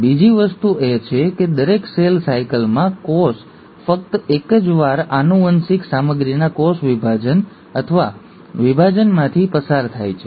બીજી વસ્તુ એ છે કે દરેક સેલ સાયકલમાં કોષ ફક્ત એક જ વાર આનુવંશિક સામગ્રીના કોષ વિભાજન અથવા વિભાજનમાંથી પસાર થાય છે